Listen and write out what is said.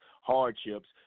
hardships